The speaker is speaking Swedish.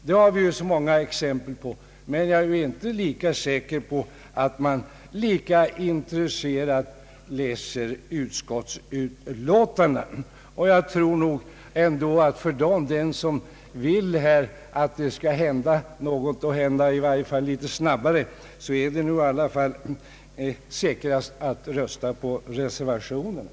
Det har vi ju så många exempel på. Men jag är inte lika säker på att departementet lika intresserat läser utskottsutlåtandena. För den som vill att något skall hända och i varje fall hända snabbare är det nog säkrast att rösta på reservationen. enligt hans uppfattning flertalet röstat för ja-propositionen. I ett sammanhang hade utskottet i detta utlåtande behandlat